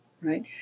right